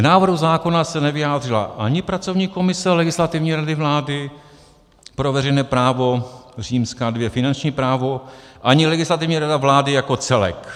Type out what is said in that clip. K návrhu zákona se nevyjádřila ani pracovní komise Legislativní rady vlády pro veřejné právo II finanční právo, ani Legislativní rada vlády jako celek.